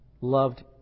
loved